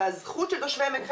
הזכות של תושבי עמק חפר,